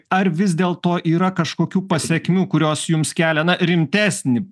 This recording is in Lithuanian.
ar vis dėl to yra kažkokių pasekmių kurios jums kelia na rimtesnį